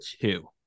two